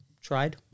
tried